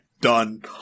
done